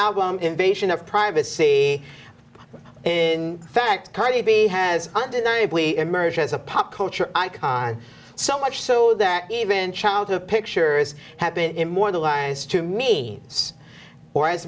album invasion of privacy in fact heidi b has undeniably emerged as a pop culture icon so much so that even childhood pictures have been immortalized to me or as